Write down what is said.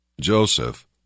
Joseph